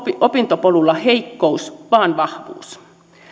opintopolulla heikkous vaan vahvuus